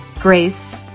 grace